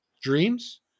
Dreams